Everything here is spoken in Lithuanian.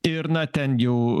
ir na ten jau